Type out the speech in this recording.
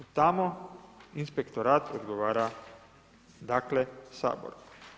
Tamo inspektorat odgovara dakle Saboru.